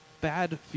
bad